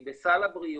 היא בסל הבריאות,